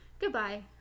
Goodbye